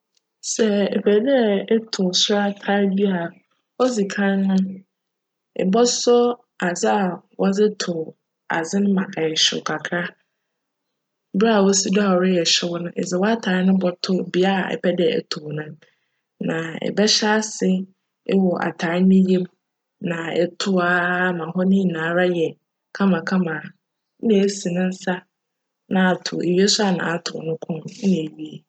Sj epj dj etow sor atar bi a, odzi kan no ibcsc adze a wcdze tow adze ma ayj hyew kakra. Ber a osi do a creyj hyew no, edze w'atar no bcto bea epj dj etow no, na ebjhyj ase ewc atar no yamu na etow ara ma hc no nyinara yj kamakama nna esi ne nsa nna atow, ewia nna atow no kcn nna ewie.